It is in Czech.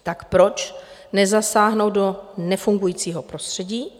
Tak proč nezasáhnout do nefungujícího prostředí?